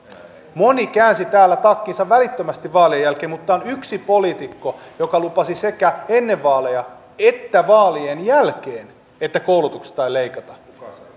moni käänsi täällä takkinsa välittömästi vaalien jälkeen mutta täällä on yksi poliitikko joka lupasi sekä ennen vaaleja että vaalien jälkeen että koulutuksesta ei leikata